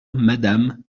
madame